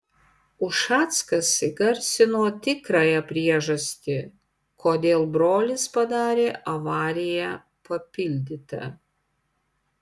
ušackas įgarsino tikrąją priežastį kodėl brolis padarė avariją papildyta